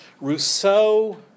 Rousseau